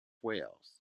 wales